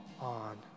on